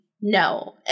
No